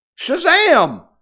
Shazam